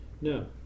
No